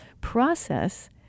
process